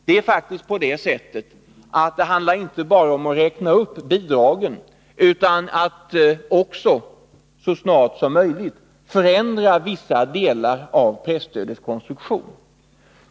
Det handlar faktiskt inte bara om att räkna upp bidragen utan också om att så snart som möjligt förändra vissa delar av presstödets konstruktion.